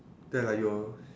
then like you'll